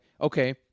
okay